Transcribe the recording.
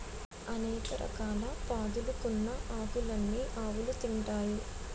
అనేక రకాల పాదులుకున్న ఆకులన్నీ ఆవులు తింటాయి